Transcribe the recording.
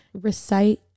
recite